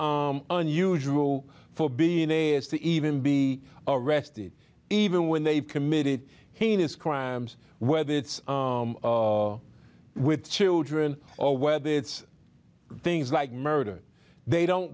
unusual for being a is to even be arrested even when they've committed heinous crimes whether it's with children or whether it's things like murder they don't